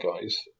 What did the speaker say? guys